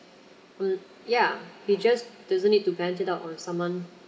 mm yeah he just doesn't need to vent it out on someone